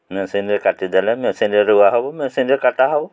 ମେସିନ୍ରେ କାଟିଦେଲେ ମେସିନ୍ରେ ରୁଆ ହବ ମେସିନ୍ରେ କଟା ହବ